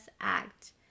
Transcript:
act